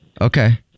Okay